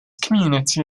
community